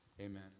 Amen